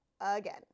again